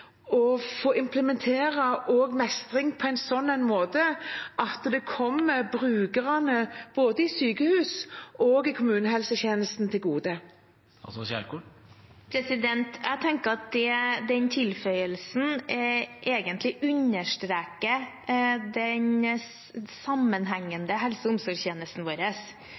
en slik måte at det kommer brukerne, både i sykehus og i kommunehelsetjenesten, til gode? Jeg tenker at den tilføyelsen understreker den sammenhengende helse- og omsorgstjenesten vår,